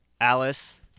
alice